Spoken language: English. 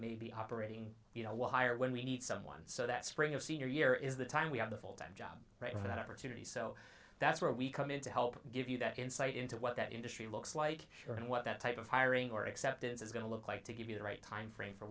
may be operating you know will hire when we need someone so that spring of senior year is the time we have the full time job for that opportunity so that's where we come in to help give you that insight into what that industry looks like here and what that type of hiring or acceptance is going to look like to give you the right timeframe for